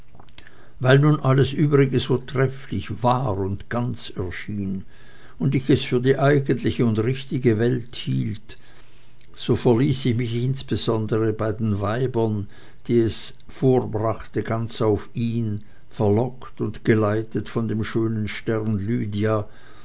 weil nun alles übrige so trefflich wahr und ganz erschien und ich es für die eigentliche und richtige welt hielt so verließ ich mich insbesondere auch bei den weibern die es vorbrachte ganz auf ihn verlockt und geleitet von dem schönen sterne lydia